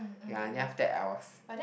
ya then after that I was